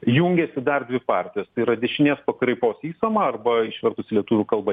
jungiasi dar dvi partijos tai yra dešinės pakraipos ysama arba išvertus į lietuvių kalbą